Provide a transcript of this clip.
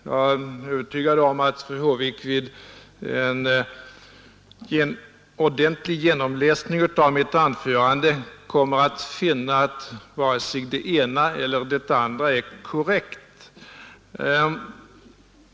Jag är övertygad om att fru Håvik vid en ordentlig genomläsning av mitt anförande kommer att finna att varken det ena eller det andra är korrekt.